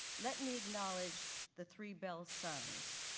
let me acknowledge the three bell sons,